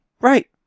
Right